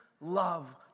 love